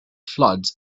floods